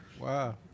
wow